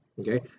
okay